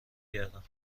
گردم